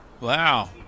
Wow